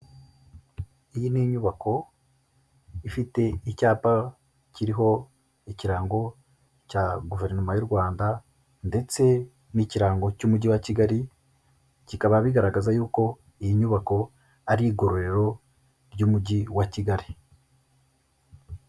Iyi ni inyubako ifite icyapa kiriho ikirango cya guverinoma y'u Rwanda, ndetse n'ikirango cy'umugi wa Kigali, kikaba bigaragaza y'uko iyi nyubako ari igororero ry'umugi wa Kigali.